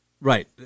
Right